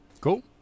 Cool